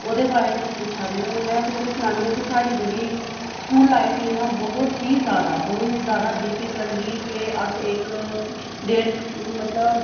ओह्दे बारै पुच्छा देओ में तुसेंगी सनान्नी आं कि साढ़ी जेह्ड़ी स्कूल लाईफ ही ना बहुत ही बहुत ही जैदा डिफिक्लट ही केह् अस इक डेढ़ मतलब